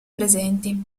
presenti